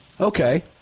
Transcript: Okay